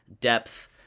depth